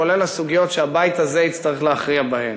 כולל הסוגיות שהבית הזה יצטרך להכריע בהן.